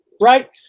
right